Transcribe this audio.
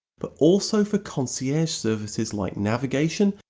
but also for concierge services like navigation,